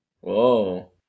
Whoa